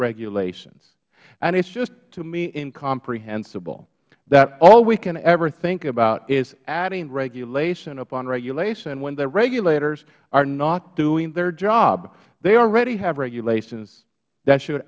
regulations and it's just to me incomprehensible that all we can ever think about is adding regulation upon regulation when the regulators are not doing their job they already have regulations that should